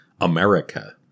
America